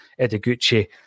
Edigucci